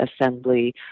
assembly